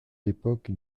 l’époque